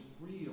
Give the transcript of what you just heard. real